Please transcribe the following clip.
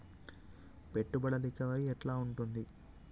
పెట్టుబడుల రికవరీ ఎట్ల ఉంటది?